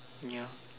ya